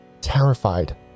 terrified